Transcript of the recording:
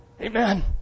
Amen